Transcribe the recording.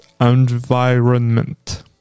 environment